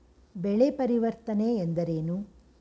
ಬೆಳೆ ಪರಿವರ್ತನೆ ಎಂದರೇನು?